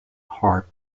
harp